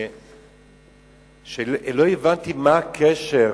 לא הבנתי מה הקשר